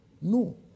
No